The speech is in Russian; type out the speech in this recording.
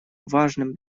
важным